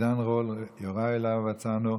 עידן רול, יוראי להב הרצנו,